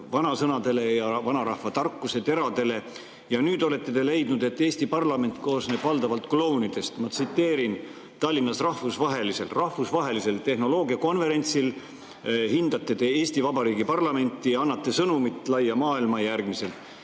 vanasõnadele ja vanarahva tarkuseteradele. Nüüd olete te leidnud, et Eesti parlament koosneb valdavalt klounidest. Ma tsiteerin teid. Tallinnas rahvusvahelisel – rahvusvahelisel! – tehnoloogiakonverentsil hindate te Eesti Vabariigi parlamenti järgmiselt, andes laia maailma sellise